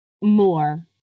more